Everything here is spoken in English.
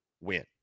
win